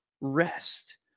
rest